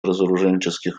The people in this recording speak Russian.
разоруженческих